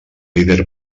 líder